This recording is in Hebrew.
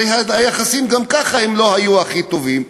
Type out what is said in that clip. הרי היחסים גם ככה לא היו לא הכי טובים.